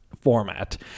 format